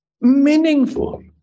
meaningful